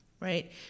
Right